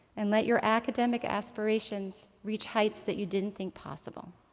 and let your academic aspirations reach heights that you didn't think possible.